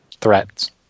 threats